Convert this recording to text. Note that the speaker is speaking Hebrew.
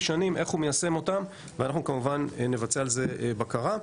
שנים איך ומיישם אותם ואנחנו כמובן נבצע על זה בקרה.